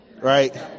Right